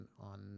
on